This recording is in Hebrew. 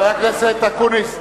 אבל מי זה כל העצורים שם?